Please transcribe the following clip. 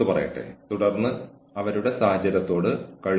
പടിഞ്ഞാറൻ ഭാഗങ്ങളിൽ നിങ്ങൾക്ക് ബാഗെലുകളിൽ പോപ്പി വിത്തുകൾ കണ്ടെത്താം